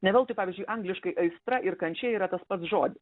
ne veltui pavyzdžiui angliškai aistra ir kančia yra tas pats žodis